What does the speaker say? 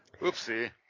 Oopsie